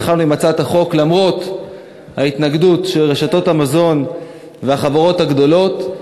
התחלנו עם הצעת החוק למרות ההתנגדות של רשתות המזון והחברות הגדולות.